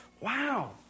wow